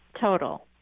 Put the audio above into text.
Total